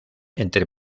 entre